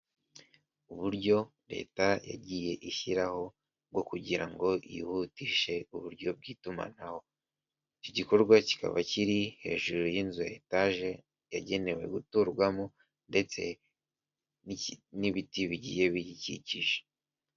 Uburyo leta yagiye ishyiraho bwo kugira ngo yihutishe uburyo bw'itumanaho. Iki gikorwa kikaba kiri hejuru y'inzu ya etaje yagenewe guturwamo ndetse n'ibiti bigiye bikikije.